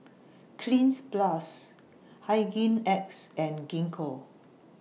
Cleanz Plus Hygin X and Gingko